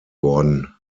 worden